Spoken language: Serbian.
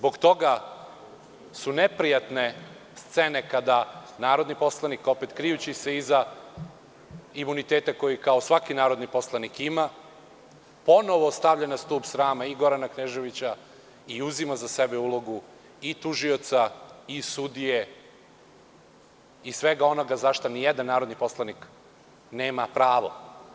Zbog toga su neprijatne scene kada narodni poslanik opet, krijući se iza imuniteta koji kao svaki narodni poslanik ima, ponovo stavlja na stub srama i Gorana Kneževića i uzima za sebe ulogu i tužioca i sudije i svega onoga za šta nijedan narodni poslanik nema pravo.